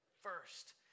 first